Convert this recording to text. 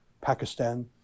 Pakistan